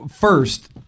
First